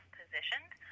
positioned